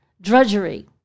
drudgery